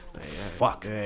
Fuck